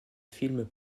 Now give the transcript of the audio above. films